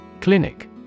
Clinic